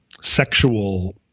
sexual